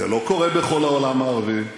זה לא קורה בכל העולם הערבי,